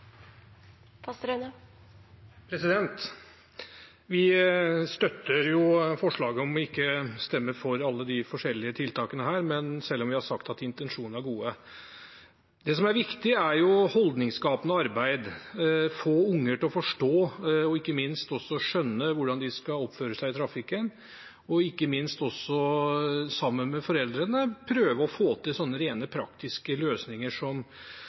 Stortinget. Vi støtter forslaget om ikke å stemme for alle disse forskjellige tiltakene, selv om vi har sagt at intensjonene er gode. Det som er viktig, er holdningsskapende arbeid og å få barn til å forstå og skjønne hvordan de skal oppføre seg i trafikken, og ikke minst også at man sammen med foreldrene prøver å få til slike rent praktiske løsninger som